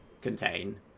contain